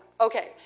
okay